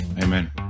Amen